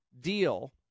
deal